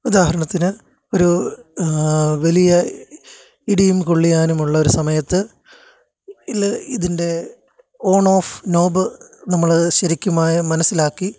ഉദാഹരണത്തിന് ഒരു വലിയ ഇടിയും കൊള്ളിയാനുമുള്ളൊരു സമയത്ത് ഇല്ലെ ഇതിൻ്റെ ഓൺ ഓഫ് നോബ് നമ്മൾ ശരിക്കും മനസിലാക്കി